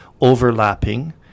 overlapping